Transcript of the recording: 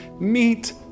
Meet